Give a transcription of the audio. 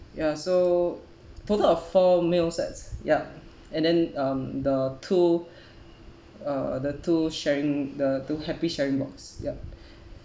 ya so total of four meals sets yup and then um the two uh the two sharing the two happy sharing box yup